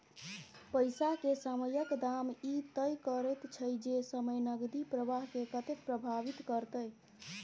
पैसा के समयक दाम ई तय करैत छै जे समय नकदी प्रवाह के कतेक प्रभावित करते